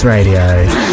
Radio